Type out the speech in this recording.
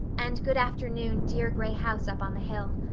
and good afternoon, dear gray house up on the hill.